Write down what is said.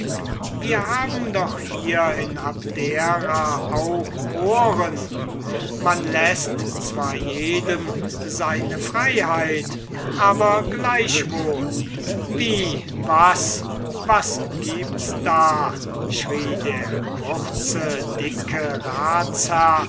wir haben doch hier in abdera auch ohren man läßt zwar jedem seine freiheit aber gleichwohl wie was was gibts da schrie der kurze dicke ratsherr